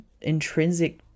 intrinsic